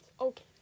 Okay